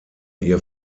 ihr